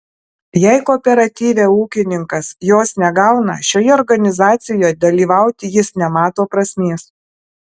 jei kooperatyve ūkininkas jos negauna šioje organizacijoje dalyvauti jis nemato prasmės